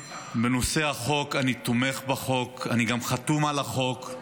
בנושא החוק, אני תומך בחוק, אני גם חתום על החוק,